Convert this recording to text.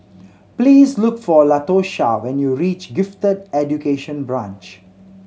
please look for Latosha when you reach Gifted Education Branch